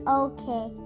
okay